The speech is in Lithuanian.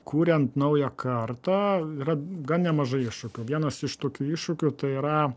kuriant naują kartą yra gan nemažai iššūkių vienas iš tokių iššūkių tai yra